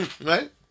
Right